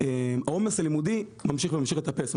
והעומס הלימודי ממשיך וממשיך לטפס.